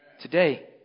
today